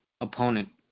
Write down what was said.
opponent